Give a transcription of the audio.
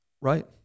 Right